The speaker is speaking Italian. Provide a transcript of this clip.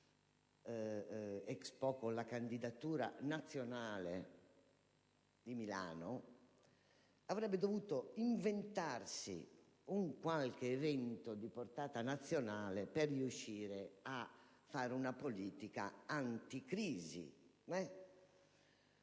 l'Expo con la candidatura di Milano, avrebbe dovuto inventarsi un qualche evento di portata nazionale per riuscire a fare una politica anticrisi.